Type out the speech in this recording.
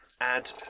Add